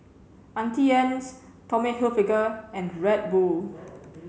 Auntie Anne's Tommy Hilfiger and Red Bull